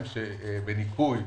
ואז הילדים האלה לא יצטרכו להיות